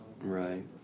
Right